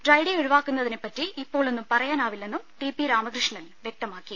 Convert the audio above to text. dry day ഒഴിവാക്കുന്നതിനെ പറ്റി ഇപ്പോ ളൊന്നും പറയാനാവില്ലെന്നും ടിപി രാമകൃഷ്ണൻ പ്യക്തമാക്കി